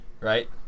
right